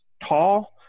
tall